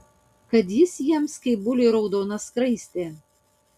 kad jis jiems kaip buliui raudona skraistė